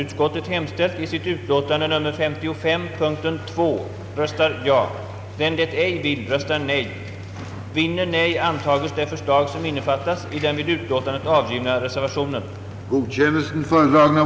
Utskottet förutsatte, att ämbetet, i den mån behov ansåges föreligga, skulle framlägga förslag om åtgärder för att ytterligare utveckla kontakterna mellan forskningen vid universitet och högskolor och forskningen inom näringslivet.